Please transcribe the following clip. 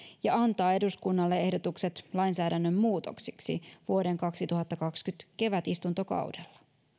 ja antaa eduskunnalle ehdotukset lainsäädännön muutoksiksi vuoden kaksituhattakaksikymmentä kevätistuntokaudella